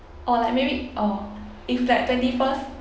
or like maybe orh if like twenty first